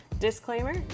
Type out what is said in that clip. disclaimer